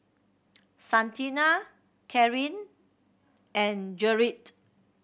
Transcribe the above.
Santina Carin and Gerrit